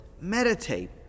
meditate